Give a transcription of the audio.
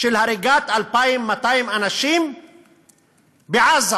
של הריגת 2,200 אנשים בעזה